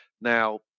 now